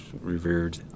revered